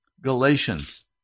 Galatians